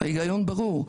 ההיגיון ברור,